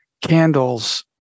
candles